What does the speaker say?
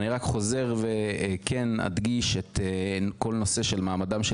אני רק חוזר ומדגיש את כל הנושא של מעמדם של